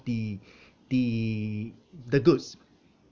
the the the goods